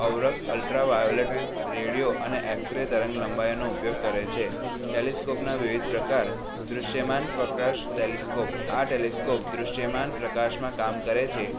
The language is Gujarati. અવતર અલ્ટ્રા વાયોલેટ રેડિયો અને એક્સ રે તરંગ લંબાઈઓનો ઉપયોગ કરે છે ટેલિસ્કોપના વિવિધ પ્રકાર દૃશ્યમાન પ્રકાશ ટેલિસ્કોપ આ ટેલિસ્કોપ દૃશ્યમાન પ્રકાશમાં કામ કરે છે